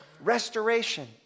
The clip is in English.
restoration